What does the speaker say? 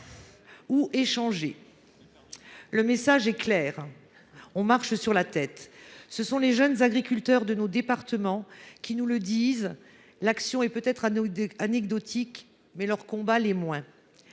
ou échangés. Le message est clair : on marche sur la tête ! Ce sont les jeunes agriculteurs de nos départements qui nous le disent. Leur action est peut être anecdotique, mais leur combat l’est moins.